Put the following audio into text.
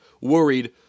worried